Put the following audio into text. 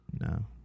No